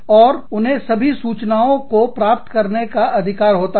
और उन्हें सभी सूचनाओं को प्राप्त करने का अधिकार होता है